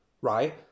right